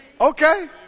Okay